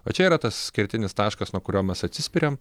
o čia yra tas kertinis taškas nuo kurio mes atsispiriam